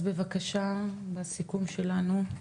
אז בבקשה, בסיכום שלנו.